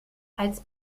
als